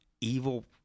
evil